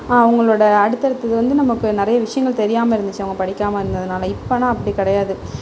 அவங்களோடய அடுத்தடுத்து வந்து நமக்கு நிறைய விஷயங்கள் தெரியாமல் இருந்துச்சு அவங்க படிக்காமல் இருந்ததுனால் இப்போ ஆனால் அப்படி கிடையாது